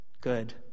good